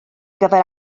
gyfer